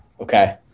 Okay